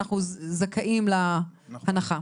אנחנו זכאים להנחה.